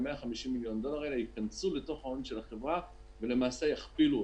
ה-150 מיליון דולר האלה ייכנסו לתוך ההון של החברה ולמעשה יכפילו אותו,